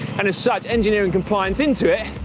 and as such engineering compliance into it,